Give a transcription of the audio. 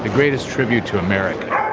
greatest tribute to america